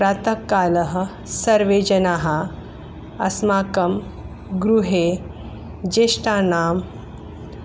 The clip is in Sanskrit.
प्रातःकाले सर्वे जनाः अस्माकं गृहे ज्येष्ठानां